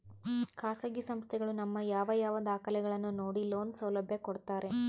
ಖಾಸಗಿ ಸಂಸ್ಥೆಗಳು ನಮ್ಮ ಯಾವ ಯಾವ ದಾಖಲೆಗಳನ್ನು ನೋಡಿ ಲೋನ್ ಸೌಲಭ್ಯ ಕೊಡ್ತಾರೆ?